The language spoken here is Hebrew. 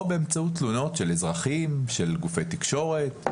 או באמצעות תלונות של אזרחים של גופי תקשורת,